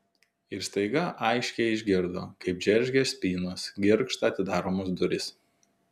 ir staiga aiškiai išgirdo kaip džeržgia spynos girgžda atidaromos durys